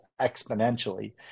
exponentially